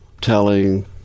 telling